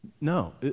No